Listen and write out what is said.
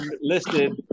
listed